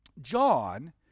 John